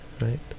Right